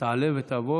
תעלה ותבוא